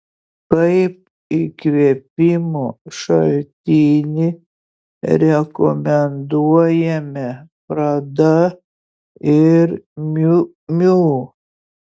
kaip įkvėpimo šaltinį rekomenduojame prada ir miu miu